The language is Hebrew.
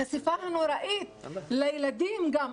החשיפה הנוראית לילדים גם.